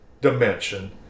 dimension